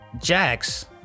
Jax